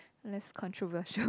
less controversial